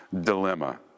dilemma